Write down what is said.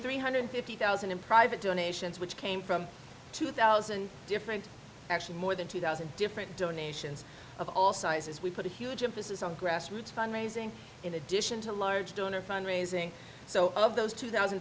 one hundred fifty thousand in private donations which came from two thousand different actually more than two thousand different donations of all sizes we put a huge emphasis on grassroots fund raising in addition to large donor fund raising so of those two thousand